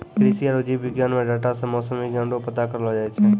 कृषि आरु जीव विज्ञान मे डाटा से मौसम विज्ञान रो पता करलो जाय छै